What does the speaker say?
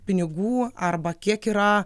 pinigų arba kiek yra